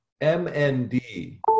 MND